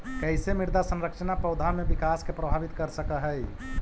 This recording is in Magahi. कईसे मृदा संरचना पौधा में विकास के प्रभावित कर सक हई?